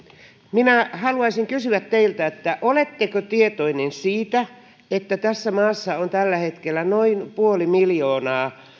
minä haluaisin kysyä teiltä oletteko tietoinen siitä että tässä maassa on tällä hetkellä noin puoli miljoonaa